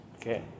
Okay